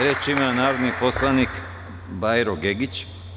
Reč ima narodni poslanik Bajro Gegić.